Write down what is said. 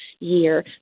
year